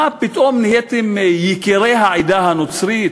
מה פתאום נהייתם יקירי העדה הנוצרית?